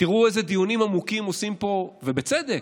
תראו איזה דיונים עמוקים עושים פה, ובצדק,